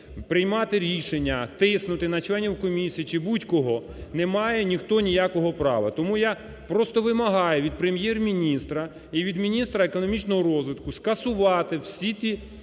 приймати рішення, тиснути на членів комісії чи будь-кого, не має ніхто ніякого права. Тому я просто вимагаю від Прем'єр-міністра і від міністра економічного розвитку скасувати всі ті